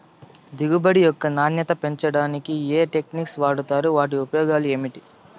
దిగుబడి యొక్క నాణ్యత పెంచడానికి ఏ టెక్నిక్స్ వాడుతారు వాటి ఉపయోగాలు ఏమిటి?